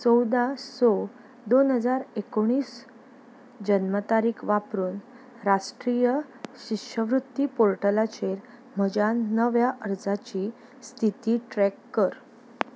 चोवदा स दोन हजार एकोणीस जन्म तारीक वापरून राश्ट्रीय शिश्यवृत्ती पोर्टलाचेर म्हज्या नव्या अर्जाची स्थिती ट्रॅक कर